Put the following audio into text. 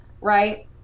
right